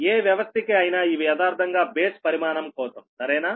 ఏ వ్యవస్థకి అయినా ఇవి యదార్ధంగా బేస్ పరిమాణం కోసం సరేనా